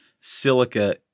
silica